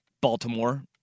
Baltimore